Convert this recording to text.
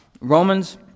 Romans